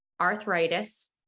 arthritis